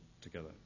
together